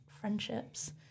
friendships